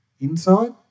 inside